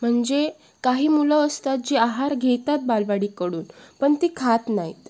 म्हणजे काही मुलं असतात जे आहार घेतात बालवाडीकडून पण ती खात नाहीत